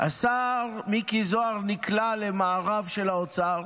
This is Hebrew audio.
השר מיקי זוהר נקלע למארב של האוצר,